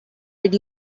did